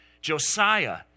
Josiah